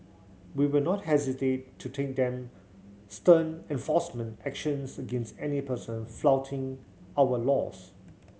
we will not hesitate to take them stern enforcement actions against any person flouting our laws